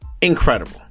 incredible